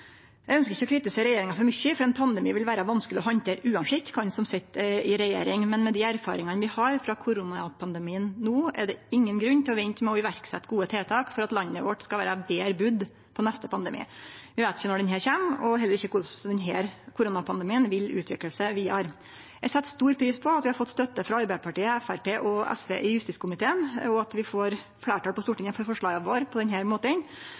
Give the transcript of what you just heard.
Eg ønskjer ikkje å kritisere regjeringa for mykje, for ein pandemi vil vere vanskeleg å handtere uansett kven som sit i regjering. Men med dei erfaringane vi har frå koronapandemien no, er det ingen grunn til å vente med å setje i verk gode tiltak for at landet vårt skal vere betre budd på neste pandemi. Vi veit ikkje når han kjem, og heller ikkje korleis denne koronapandemien vil utvikle seg vidare. Eg set stor pris på at vi har fått støtte frå Arbeidarpartiet, Framstegspartiet og SV i justiskomiteen, og at vi får fleirtal på Stortinget for forslaga våre på denne måten.